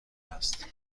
است